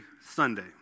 Sunday